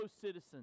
citizens